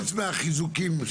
חוץ מהחיזוקים.